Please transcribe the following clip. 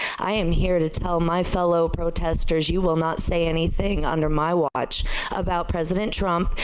i am here to tell my fellow protesters you will not say anything under my watch about president trump,